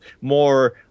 more